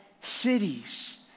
cities